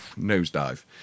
Nosedive